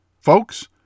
Folks